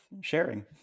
sharing